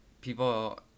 people